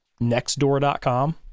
nextdoor.com